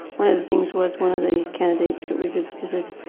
one of the things was, one of the candidates that we visited.